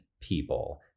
people